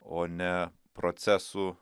o ne procesų